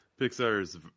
Pixar's